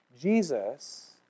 Jesus